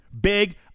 Big